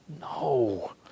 No